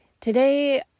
today